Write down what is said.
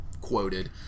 quoted